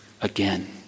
again